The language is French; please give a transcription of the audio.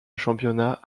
championnat